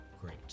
Great